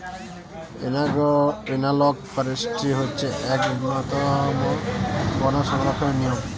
analogue forestry হচ্ছে এক উন্নতম বন সংরক্ষণের নিয়ম